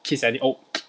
kiss ani~ oh